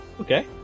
Okay